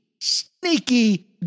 sneaky